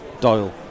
Doyle